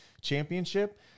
championship